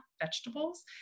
vegetables